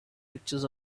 pictures